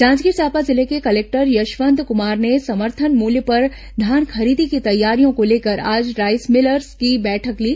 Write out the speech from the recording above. जांजगीर चांपा जिले के कलेक्टर यशवंत कुमार ने समर्थन मूल्य पर धान खरीदी की तैयारियों को लेकर आज राईस मिलर्स की बैठक ली